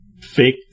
fake